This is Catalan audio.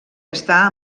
està